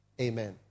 Amen